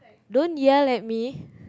don't yell at me